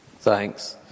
Thanks